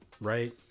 right